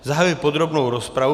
Zahajuji podrobnou rozpravu.